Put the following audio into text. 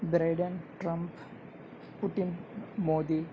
Brydon Trump Putin Modi